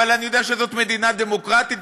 אבל אני יודע שזאת מדינה דמוקרטית,